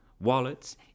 wallets